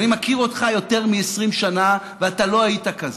אני מכיר אותך יותר מ-20 שנה, ואתה לא היית כזה.